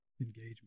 engagement